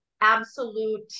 absolute